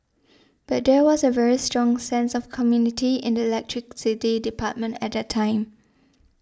but there was a very strong sense of community in the electricity department at that time